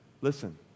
Listen